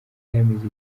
yamize